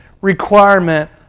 requirement